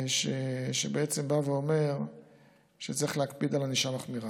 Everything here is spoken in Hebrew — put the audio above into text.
שבא ואומר שצריך להקפיד על ענישה מחמירה.